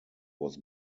was